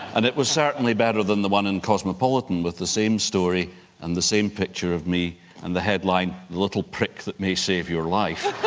and it was certainly better than the one in cosmopolitan with the same story and the same picture of me and the headline, little prick that may save your life.